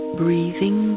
breathing